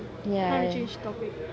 ya